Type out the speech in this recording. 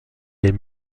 les